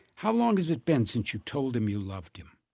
how long has it been since you told him you loved him,